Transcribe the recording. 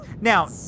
Now